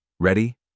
Ready